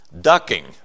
Ducking